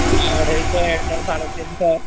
ଯା ଅଢ଼େଇଶହ ଏଟା ସାଢେ ତିନିଶହ